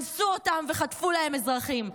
אנסו אותם וחטפו להם אזרחים.